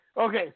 Okay